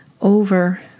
over